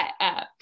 up